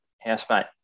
housemate